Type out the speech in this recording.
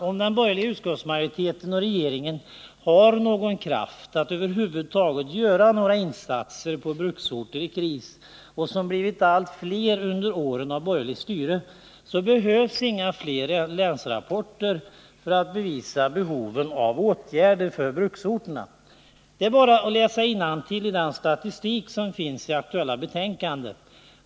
Om den borgerliga utskottsmajoriteten och regeringen har någon kraft att över huvud taget göra några insatser för bruksorter i kris, vilka blivit allt fler under de år som vi haft borgerligt styre, behövs inga fler länsrapporter för att bevisa behoven av åtgärder för bruksorterna. Det är bara att läsa innantill i den statistik som återfinns i det nu aktuella betänkandet.